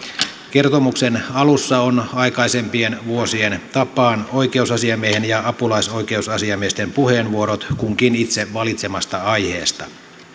kertomuksen alussa on aikaisempien vuosien tapaan oikeusasiamiehen ja apulaisoikeusasiamiesten puheenvuorot kunkin itse valitsemasta aiheesta